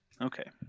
Okay